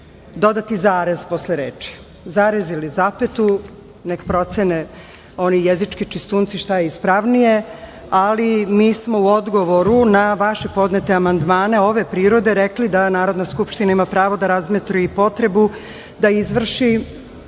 dodati zarez posle reči. Zarez ili zapeta, neka procene oni jezički čistunci šta je ispravnije, ali mi smo u odgovoru na vaše podnete amandmane ove prirode rekli da Narodna skupština ima pravo da razmotri potrebu da izvrši